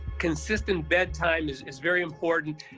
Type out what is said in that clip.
consistent bedtime is is very important.